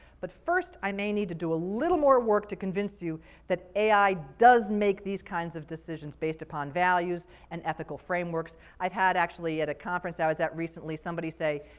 but first, i may need to do a little more work to convince you that ai does make these kinds of decisions based upon values and ethical frameworks. i've had, actually at a conference i was at recently, somebody say,